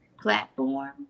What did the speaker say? platform